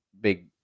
big